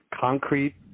concrete